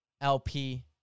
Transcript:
LP